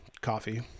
coffee